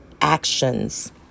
Actions